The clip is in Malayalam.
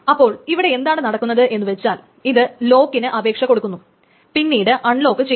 അപ്പോൾ ഇവിടെ എന്താണ് നടക്കുന്നത് എന്നു വച്ചാൽ ഇത് ലോക്കിന് അപേക്ഷ കൊടുക്കുന്നു പിന്നീട് അൺലോക്ക് ചെയ്യുന്നു